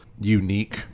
unique